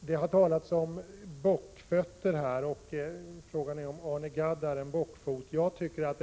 Det har talats om bockfot, och frågan är om Arne Gadd är en sådan.